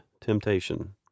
temptation